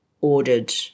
ordered